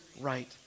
right